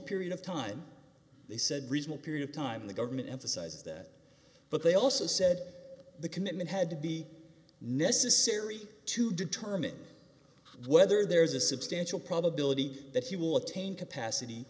period of time they said regional period of time the government emphasizes that but they also said the commitment had to be necessary to determine whether there's a substantial probability that he will attain capacity